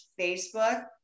Facebook